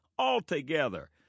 altogether